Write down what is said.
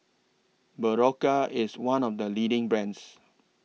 Berocca IS one of The leading brands